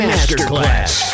Masterclass